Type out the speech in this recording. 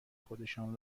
خودشان